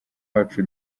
wacu